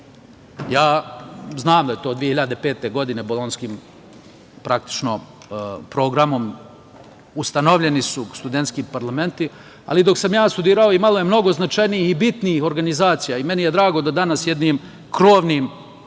da su 2005. godine Bolonjskim programom praktično ustanovljeni studentski parlamenti, ali dok sam ja studirao, imalo je mnogo značajnijih i bitnijih organizacija. Meni je drago da danas jednim krovnim